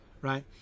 right